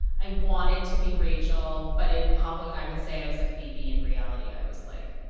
i wanted to be rachel, but in public, i would say i was a phoebe. in reality, i was, like,